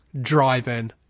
driving